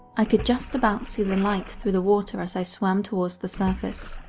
i could just about see the light through the water as i swam towards the surface.